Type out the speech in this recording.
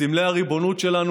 סמלי הריבונות שלנו,